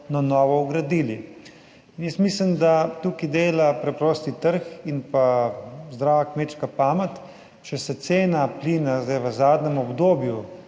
na novo. Jaz mislim, da tukaj dela preprosti trg in zdrava kmečka pamet. Če se cena plina v zadnjem obdobju